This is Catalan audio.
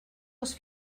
els